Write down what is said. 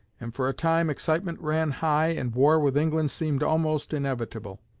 and for a time excitement ran high and war with england seemed almost inevitable.